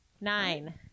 nine